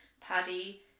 Paddy